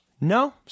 No